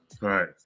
right